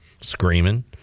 screaming